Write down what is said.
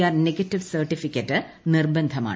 R negative certificate നിർബന്ധമാണ്